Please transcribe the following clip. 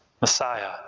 Messiah